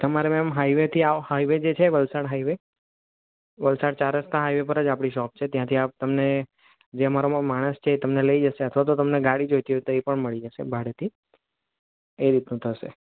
તમારે મેમ હાઇવેથી આવ હાઇવે છે જે વલસાડ હાઇવે વલસાડ ચાર રસ્તા હાઇવે પર જ આપણી શોપ છે ત્યાં તમને જે અમારો માણસ છે એ તમને લઈ જશે અથવા તો તમને ગાડી જોઈતી હોય તો એ પણ મળી જશે ભાડેથી એ રીતનું થશે